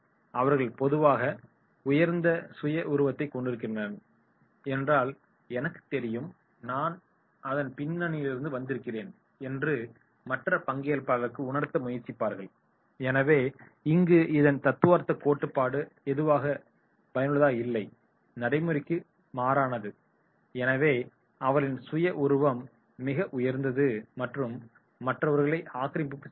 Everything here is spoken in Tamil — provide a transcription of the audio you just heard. அவர்கள் பொதுவாக உயர்ந்த சுய உருவத்தைக் கொண்டுள்ளனர் ஏனென்றால் எனக்குத் தெரியும் நான் அதன் பின்புலத்திலிருந்து வந்துயிருக்கிறேன் என்று மற்ற பங்கேற்பாளர்களுக்கு உணர்த்த முயற்சிக்கிறார்கள் எனவே இங்கு இதன் தத்துவார்த்த கோட்பாட்டு எதுவும் பயனுள்ளதாக இல்லை நடைமுறைக்கு மாறானது எனவே அவர்களின் சுய உருவம் மிக உயர்ந்தது மற்றும் மற்றவர்களை ஆக்கிரமிப்பு செய்யும்